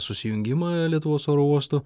susijungimą lietuvos oro uostų